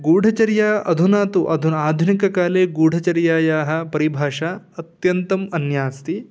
गूढचर्या अधुना तु अधुना आधुनिककाले गूढचर्यायाः परिभाषा अत्यन्तम् अन्या अस्ति